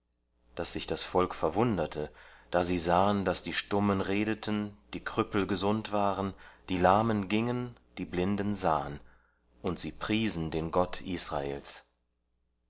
daß sich das volk verwunderte da sie sahen daß die stummen redeten die krüppel gesund waren die lahmen gingen die blinden sahen und sie priesen den gott israels